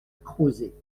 crozet